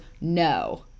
no